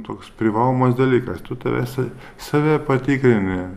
toks privalomas dalykas tu tavesi save patikrini